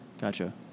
Gotcha